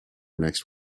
next